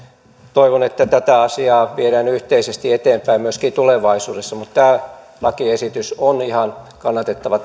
toivon että tätä asiaa viedään yhteisesti eteenpäin myöskin tulevaisuudessa mutta tämä lakiesitys on ihan kannatettava